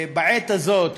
בעת הזאת,